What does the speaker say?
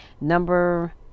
Number